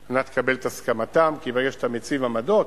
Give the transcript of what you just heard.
על מנת לקבל את הסכמתם, כי ברגע שאתה מציב עמדות,